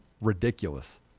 ridiculous